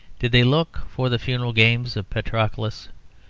did they look for the funeral games of patroclus?